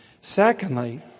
Secondly